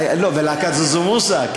ולהקת זוזו מוסא.